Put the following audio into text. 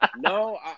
No